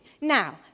now